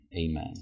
amen